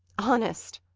honest!